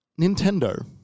Nintendo